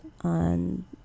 on